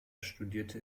studierte